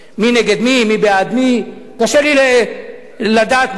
מי נגד מי, מי בעד מי, קשה לי לדעת מה זה.